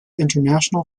international